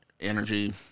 energy